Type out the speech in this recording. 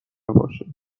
باشه